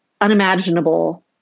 unimaginable